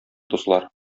дуслар